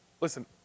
Listen